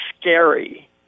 scary